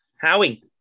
Howie